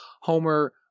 Homer